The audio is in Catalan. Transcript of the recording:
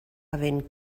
havent